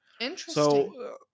Interesting